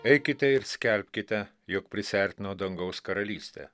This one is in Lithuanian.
eikite ir skelbkite jog prisiartino dangaus karalystė